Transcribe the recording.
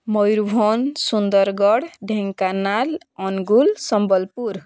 Mayurbhanj Sundargarh Dhenkanal Angul Sambalpur